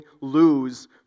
lose